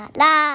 la